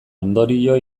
ondorio